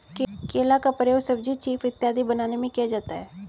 केला का प्रयोग सब्जी चीफ इत्यादि बनाने में किया जाता है